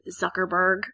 Zuckerberg